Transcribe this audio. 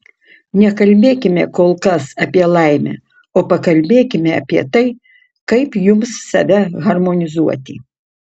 nekalbėkime kol kas apie laimę o pakalbėkime apie tai kaip jums save harmonizuoti